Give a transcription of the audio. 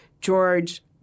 George